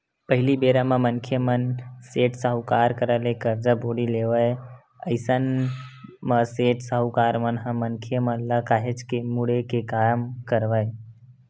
पहिली बेरा म मनखे मन सेठ, साहूकार करा ले करजा बोड़ी लेवय अइसन म सेठ, साहूकार मन ह मनखे मन ल काहेच के मुड़े के काम करय